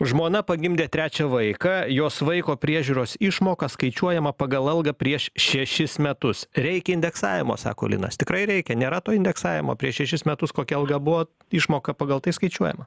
žmona pagimdė trečią vaiką jos vaiko priežiūros išmoka skaičiuojama pagal algą prieš šešis metus reikia indeksavimo sako linas tikrai reikia nėra to indeksavimo prieš šešis metus kokia alga buvo išmoka pagal tai skaičiuojama